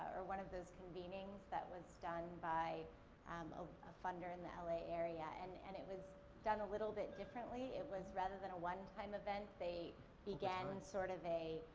or one of those convenings that was done by um a funder in the l a. area. and and it was done a little bit differently. it was, rather than a one time event, they began sort of a